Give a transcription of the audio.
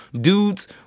dudes